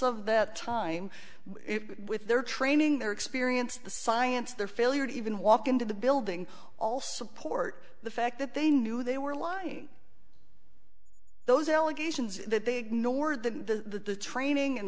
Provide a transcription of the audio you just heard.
of that time with their training their experience the science their failure to even walk into the building all support the fact that they knew they were lying those allegations that they ignored the training and